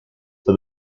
for